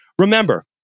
remember